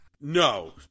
No